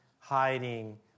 hiding